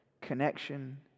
connection